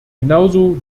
genauso